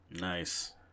Nice